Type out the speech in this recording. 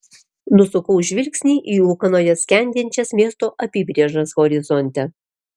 nusukau žvilgsnį į ūkanoje skendinčias miesto apybrėžas horizonte